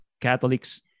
Catholics